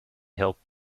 helped